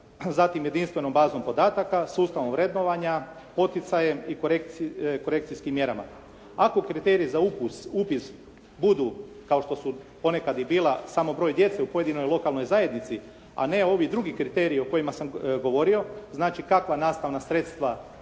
zatim jedinstvenom bazom podataka, sustavom vrednovanja, poticajem i korekcijskim mjerama. Ako kriteriji za upis budu, kao što su ponekad i bila samo broj djece u pojedinoj lokalnoj zajednici, a ne ovi drugi kriteriji o kojima sam govorio, znači kakva nastavna sredstva